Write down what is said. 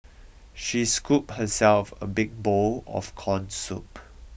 she scooped herself a big bowl of corn soup